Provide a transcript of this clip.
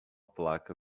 placa